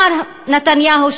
מר נתניהו,